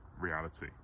reality